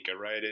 right